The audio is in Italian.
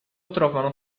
trovano